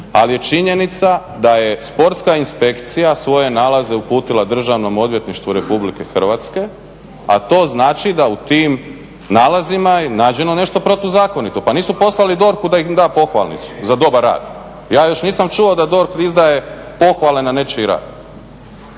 ali je činjenica da je sportska inspekcija svoje nalaze uputila Državnom odvjetništvu RH a to znači da u tim nalazima je nađeno nešto protuzakonito, pa nisu poslali DORH-u da im da pohvalnicu za dobar rad. Ja još nisam čuo da DORH izdaje pohvale na nečiji rad.